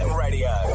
radio